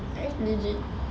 !huh! legit